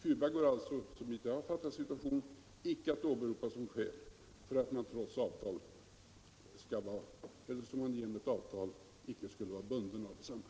Cuba går alltså, såvitt jag har fattat situationen, icke att åberopa som skäl för att man inte skulle vara bunden av ett avtal.